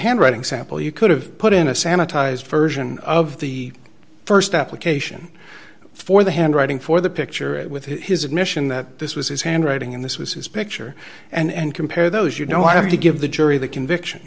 handwriting sample you could've put in a sanitized version of the st application for the handwriting for the picture with his admission that this was his handwriting and this was his picture and compare those you know i have to give the jury the conviction